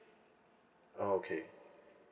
okay